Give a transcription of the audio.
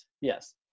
yes